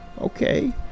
okay